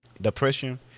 depression